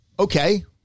Okay